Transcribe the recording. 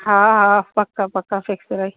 हा हा पक पक फिक्स रही